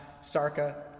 sarka